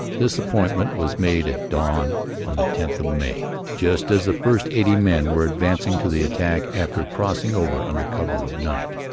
this appointment was made at dawn on the tenth of may, just as the first eighty men were advancing to the attack after crossing over under cover of night.